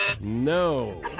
No